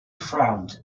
frowned